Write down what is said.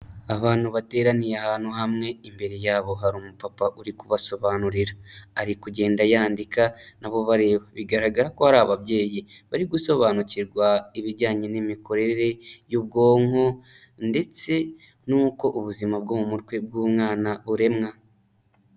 Abantu bateraniye ahantu hamwe, imbere yabo hari umupapa uri kubasobanurira. Ari kugenda yandika nabo bareba, bigaragara ko hari ababyeyi bari gusobanukirwa ibijyanye n'imikorere y'ubwonko ndetse n'uko ubuzima bwo mu mutwe bw'umwana buremwa.